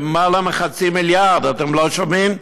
יותר מחצי מיליארד אתם לא שומעים?